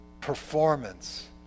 performance